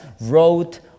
wrote